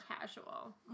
casual